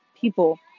people